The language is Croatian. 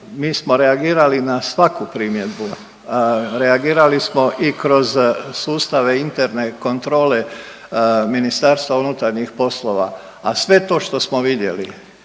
mi smo reagirali na svaku primjedbu, reagirali smo i kroz sustave interne kontrole MUP-a, a sve to što smo vidjeli